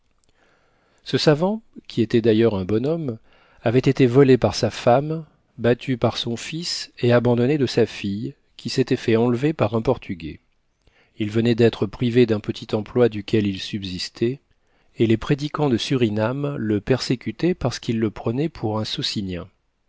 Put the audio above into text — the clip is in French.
ce savant qui était d'ailleurs un bon homme avait été volé par sa femme battu par son fils et abandonné de sa fille qui s'était fait enlever par un portugais il venait d'être privé d'un petit emploi duquel il subsistait et les prédicants de surinam le persécutaient parcequ'ils le prenaient pour un socinien